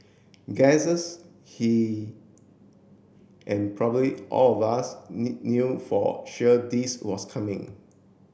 guesses he and probably all of us knew for sure this was coming